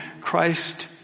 Christ